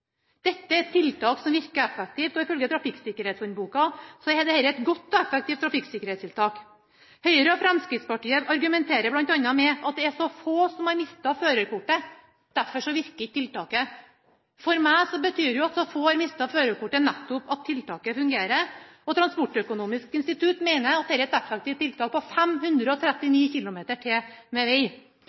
Dette er et tiltak som virker effektivt. Ifølge trafikksikkerhetshåndboka er dette et godt og effektivt trafikksikkerhetstiltak. Høyre og Fremskrittspartiet argumenterer bl.a. med at det er så få som har mistet førerkortet, derfor virker ikke tiltaket. For meg betyr det at så få har mistet førerkortet, nettopp at tiltaket fungerer. Transportøkonomisk institutt mener at dette er et effektivt tiltak på ytterligere 539 kilometer med veg. Vi er nødt til